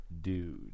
dude